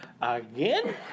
again